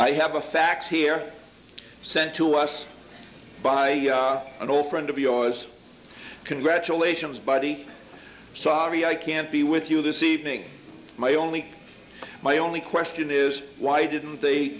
i have a fax here sent to us by an old friend of yours congratulations buddy sabi i can't be with you this evening my only my only question is why didn't they